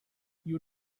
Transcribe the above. you